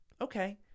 okay